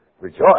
Rejoice